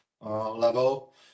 level